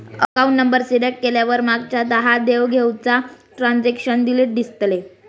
account number select केल्यावर मागच्या दहा देव घेवीचा ट्रांजॅक्शन डिटेल दिसतले